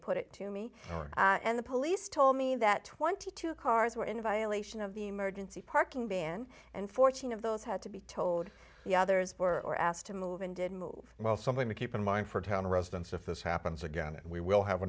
put it to me and the police told me that twenty two cars were in violation of the emergency parking ban and fourteen of those had to be told the others were asked to move and didn't move well something to keep in mind for town residents if this happens again and we will have